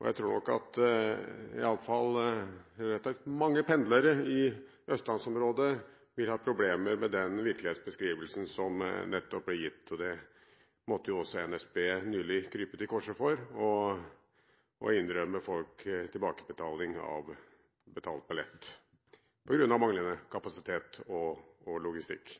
og jeg tror nok at i alle fall relativt mange pendlere i østlandsområdet vil ha problemer med den virkelighetsbeskrivelsen som nettopp ble gitt. NSB måtte nylig krype til korset og innrømme folk tilbakebetaling av betalt billett – på grunn av manglende kapasitet og logistikk.